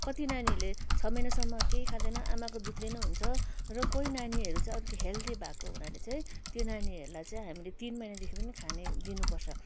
कति नानीहरूले छ महिनासम्म केही खाँदैन आमाको दुधले नै हुन्छ र कोही नानीहरू चाहिँ अलिकति हेल्दी भएको हुनाले चाहिँ त्यो नानीहरूलाई चाहिँ हामीले चाहिँ तिन महिनादेखि पनि खाने दिनुपर्छ